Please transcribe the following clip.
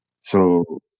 So-